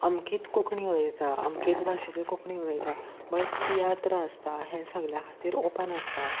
अमकीत कोंकणी उलयता अमकेच भाशेची कोंकणी उलयता बट तियात्र आसता हे सगल्या खातीर ओपन आसता